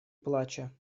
плача